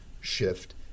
shift